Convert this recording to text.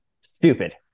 Stupid